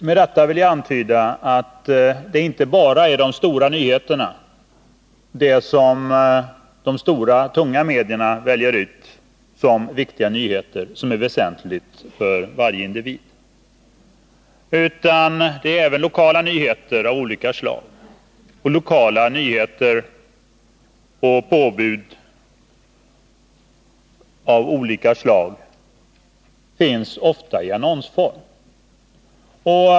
Med detta vill jag antyda att det inte bara är de stora nyheterna, dem som de tunga medierna väljer ut, som är väsentliga för individen. Även lokala nyheter av olika slag har stor betydelse. Lokala nyheter och påbud återfinns ofta i annonsform.